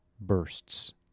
bursts